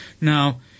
Now